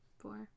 Four